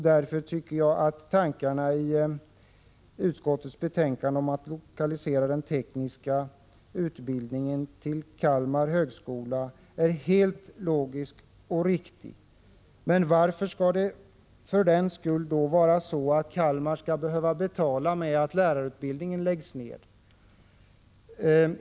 Därför tycker jag att tankarna i utskottets betänkande om att lokalisera den tekniska utbildningen till Kalmar högskola är helt logiska och riktiga. Men varför skall Kalmar för den skull behöva betala med att lärarutbildningen läggs ned?